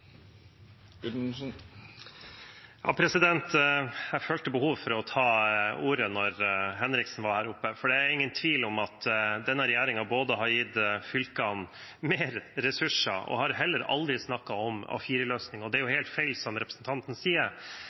Jeg følte behov for å ta ordet da Martin Henriksen var her oppe, for det er ingen tvil om at regjeringen både har gitt fylkene mer ressurser og heller aldri har snakket om noen A4-løsning. Det er helt feil, det representanten sier.